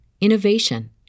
innovation